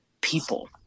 people